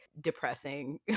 depressing